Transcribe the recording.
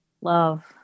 Love